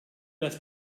das